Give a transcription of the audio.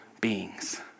beings